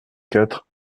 quatre